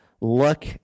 look